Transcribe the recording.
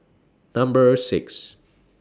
Number six